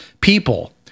people